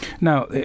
Now